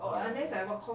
orh